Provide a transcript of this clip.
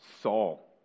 Saul